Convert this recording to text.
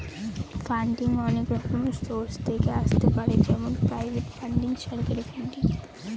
funding অনেক রকমের source থেকে আসতে পারে যেমন প্রাইভেট ফান্ডিং, সরকারি ফান্ডিং